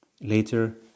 Later